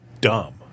dumb